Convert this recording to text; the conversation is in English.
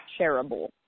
shareable